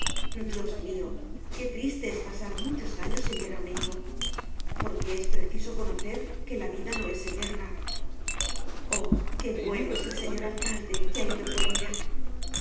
dios mio qué triste es pasar muchos años sin ver á un hijo porque es preciso conocer que la vida no es eterna oh qué bueno es el señor alcalde que ha ido por ella